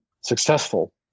successful